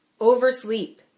oversleep